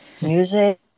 music